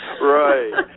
Right